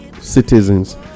citizens